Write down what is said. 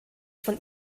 von